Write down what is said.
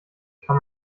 kann